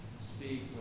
Speak